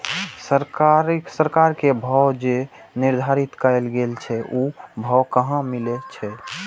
सरकार के भाव जे निर्धारित कायल गेल छै ओ भाव कहाँ मिले छै?